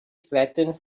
flattened